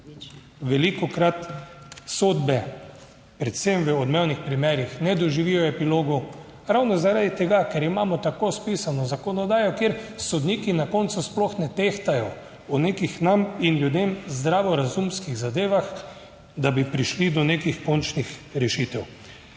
Velikokrat sodbe, predvsem v odmevnih primerih, ne doživijo epilogov. Ravno zaradi tega, ker imamo tako spisano zakonodajo, kjer sodniki na koncu sploh ne tehtajo o nekih nam in ljudem zdravorazumskih zadevah, da bi prišli do nekih končnih rešitev.